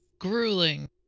Grueling